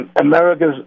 America's